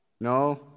no